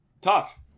Tough